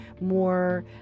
more